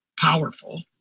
powerful